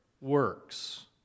works